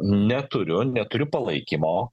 neturiu neturiu palaikymo